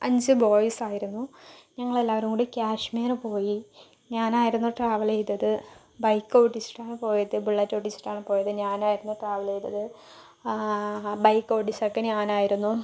അഞ്ച് ബോയ്സായിരുന്നു ഞങ്ങളെല്ലാവരും കൂടി കശ്മീർ പോയി ഞാനായിരുന്നു ട്രാവല് ചെയ്തത് ബൈക്ക് ഓടിച്ചിട്ടാണ് പോയത് ബുള്ളറ്റ് ഓടിച്ചിട്ടാണ് പോയത് ഞാനായിരുന്നു ട്രാവല് ചെയ്തത് ബൈക്ക് ഓടിച്ചതൊക്കെ ഞാനായിരുന്നു